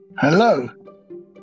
Hello